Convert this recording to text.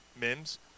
Mims